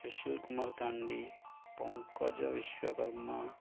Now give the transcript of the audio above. Sushil Kumar Tandi Pankaj Vishwakarma